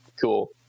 cool